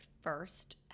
first